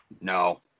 no